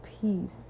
peace